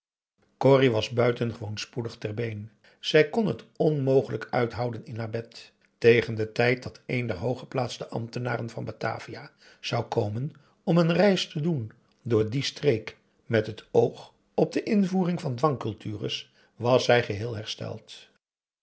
corrie was buitengewoon spoedig ter been zij kon het onmogelijk uithouden in haar bed tegen den tijd dat een der hooggeplaatste ambtenaren van batavia zou komen om een reis te doen door die streek met het oog op de invoering van dwangcultures was zij geheel hersteld